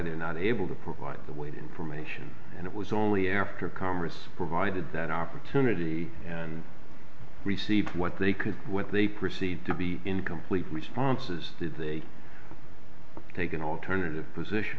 they're not able to provide the information and it was only after congress provided that opportunity and received what they could what they perceived to be incomplete responses if they take an alternative position